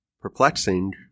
perplexing